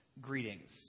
Greetings